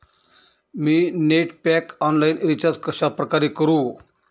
मी net pack online recharge कशाप्रकारे करु?